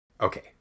Okay